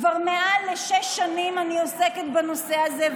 כבר מעל לשש שנים אני עוסקת בנושא הזה,